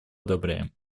одобряем